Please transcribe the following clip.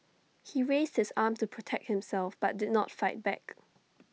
he raised his arm to protect himself but did not fight back